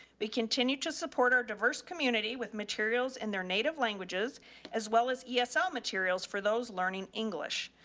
they continue to support our diverse community with materials and their native languages as well as esl materials for those learning english.